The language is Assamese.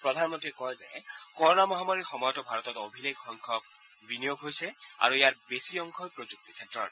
প্ৰধানমন্ত্ৰীয়ে কয় যে কৰণা মহামাৰীৰ সময়তো ভাৰতত অভিলেখ সংখ্যক বিনিয়োগ হৈছে আৰু ইয়াৰে বেছি অংশই প্ৰযুক্তি ক্ষেত্ৰৰ